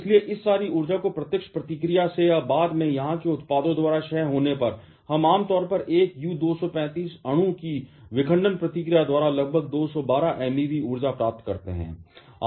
इसलिए इस सारी ऊर्जा को प्रत्यक्ष प्रतिक्रिया से या बाद में यहां के उत्पादों द्वारा क्षय होने पर हम आमतौर पर एक U235 अणु की विखंडन प्रतिक्रिया द्वारा लगभग 212 MeV ऊर्जा प्राप्त करते हैं